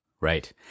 Right